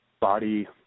body